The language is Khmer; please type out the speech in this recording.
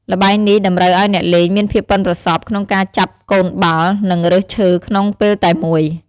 ល្បែងនេះតម្រូវឲ្យអ្នកលេងមានភាពប៉ិនប្រសប់ក្នុងការចាប់កូនបាល់ និងរើសឈើក្នុងពេលតែមួយ។